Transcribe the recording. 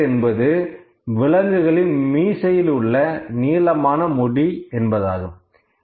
whisker என்பது விலங்குகளின் மீசையில் உள்ள நீளமான முடி என்பதாகும்